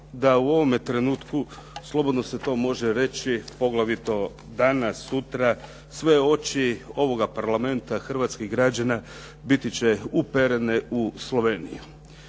da u ovome trenutku, slobodno se to može reći poglavito danas, sutra, sve oči ovoga Parlamenta hrvatskih građana biti će uperene u Sloveniju.